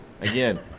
again